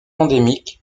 endémique